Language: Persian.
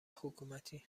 حکومتی